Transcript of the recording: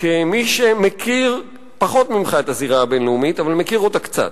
כמי שמכיר פחות ממך את הזירה הבין-לאומית אבל מכיר אותה קצת,